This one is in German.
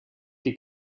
die